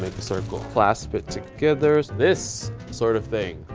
a circle, clasp it together, this sort of thing.